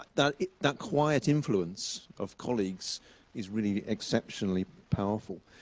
that that quiet influence of colleagues is really exceptionally powerful.